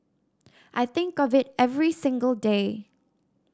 I think of it every single day